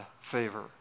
favor